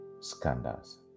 scandals